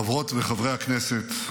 חברות וחברי הכנסת,